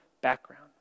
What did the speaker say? background